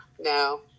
no